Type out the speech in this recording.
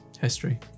History